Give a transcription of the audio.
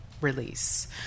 release